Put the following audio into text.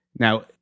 Now